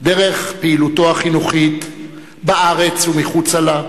דרך פעילותו החינוכית בארץ ומחוץ לה,